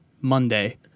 Monday